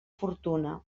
fortuna